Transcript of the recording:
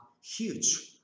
huge